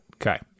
Okay